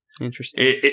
Interesting